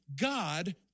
God